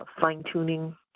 fine-tuning